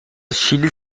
شیلی